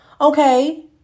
Okay